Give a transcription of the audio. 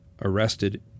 arrested